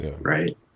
Right